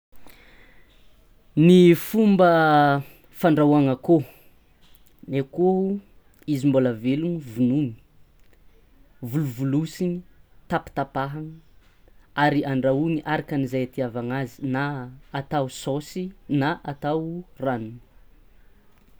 Ny fomba fandrahoana akoho, akoho izy mbola velony vonoiny volovolosiny tapitapahana ary andrahony araka ze itiavana azy na atao saosy na atao ranony.